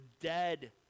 dead